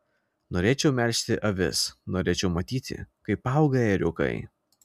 norėčiau melžti avis norėčiau matyti kaip auga ėriukai